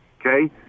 okay